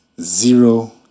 zero